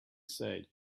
said